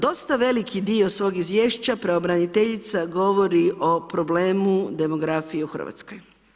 Dosta veliki dio svog izvješća pravobraniteljica govori o problemu demografije u Hrvatskoj.